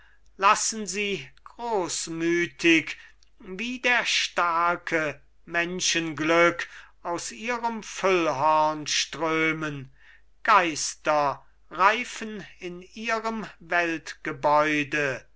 lassen sie großmütig wie der starke menschenglück aus ihrem füllhorn strömen geister reifen in ihrem